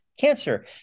cancer